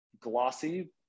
glossy